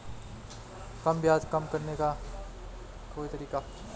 क्या ब्याज कम करने का कोई तरीका है?